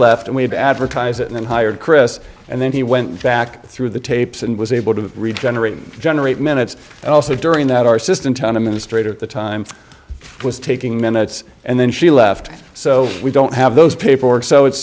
left and we had to advertise and then hired chris and then he went back through the tapes and was able to regenerate and generate minutes also during that our system time in a straight at the time was taking minutes and then she left so we don't have those paperwork so it's